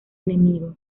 enemigo